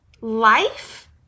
life